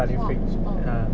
orh orh